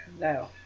No